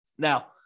Now